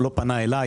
הוא לא פנה אלי